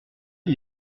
ils